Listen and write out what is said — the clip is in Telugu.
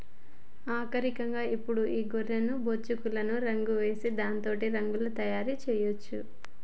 ఆఖరిగా ఇప్పుడు ఈ గొర్రె బొచ్చులకు రంగులేసి దాంతో రగ్గులు తయారు చేయొచ్చు